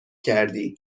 کردی